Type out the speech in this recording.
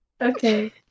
Okay